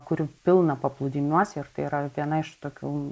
kurių pilna paplūdimiuose ir tai yra viena iš tokių